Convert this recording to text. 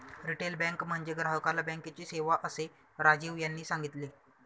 retail bank म्हणजे ग्राहकाला बँकेची सेवा, असे राजीव यांनी सांगितले